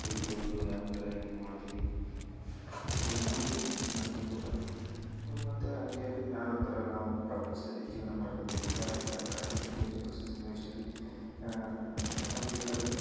ತಿಳ್ಕೊಂಡು ಯಾವ್ಯಾವ ಥರ ಏನೇನು ಮಾಡ್ತೀನಿ ಸೊ ಇದು ನನ್ನ ಕುತೂಹಲ ಮತ್ತೆ ಹಾಗೆ ಯಾವ್ಯಾವ ಥರ ನಾವು ಪ್ರಪಂಚದಲ್ಲಿ ಜೀವನ ಮಾಡಬೇಕು ಯಾವ್ಯಾವ ಥರ ಕಷ್ಟ ಸನ್ನಿವೇಶ ಕಷ್ಟ ಸನ್ನಿವೇಶದಲ್ಲಿ ನಾನು ಬೇಕಾದರೆ